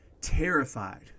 terrified